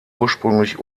ursprünglich